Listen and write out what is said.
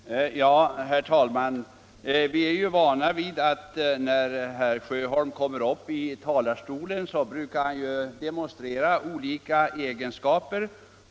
Nr 24 . Herr talman! Vi är vana vid ättihere Sjöholm, när han kommer upp Fredagen den i talarstolen, brukar demonstrera olika egenskaper.